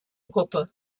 coimbra